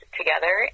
together